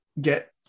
get